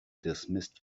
dismissed